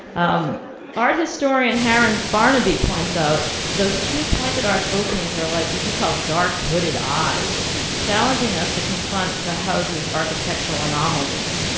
art historian haran barnaby points out those two pointed arch openings are like, what he calls dark hooded eyes, challenging us to confront the house's architectural anomalies.